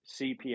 cpi